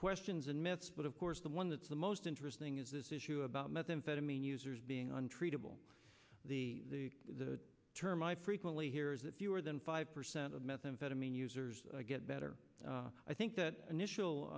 questions and myths but of course the one that's the most interesting is this issue about methamphetamine users being untreatable the the term i frequently hear is that fewer than five percent of methamphetamine users get better i think that initial